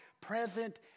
present